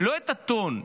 את הטון,